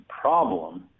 problem